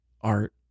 art